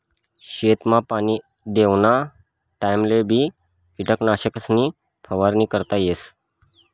शेतसमा पाणी देवाना टाइमलेबी किटकनाशकेसनी फवारणी करता येस